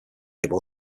able